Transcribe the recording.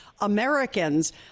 Americans